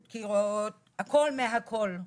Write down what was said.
דקירות, הכל מהכל.